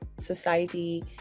society